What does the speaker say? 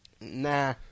Nah